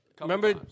Remember